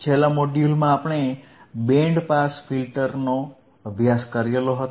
છેલ્લા મોડ્યુલમાં આપણે બેન્ડ પાસ ફિલ્ટર્સ નો અભ્યાસ કરેલો હતો